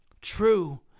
True